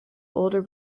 older